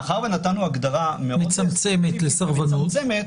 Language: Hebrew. מאחר שנתנו הגדרה מצמצמת לסרבנות,